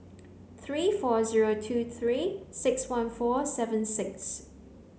three four zero two three six one four seven six